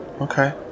Okay